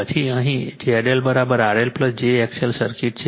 પછી અહીં ZLRL j XL circuit છે